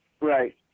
Right